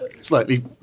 slightly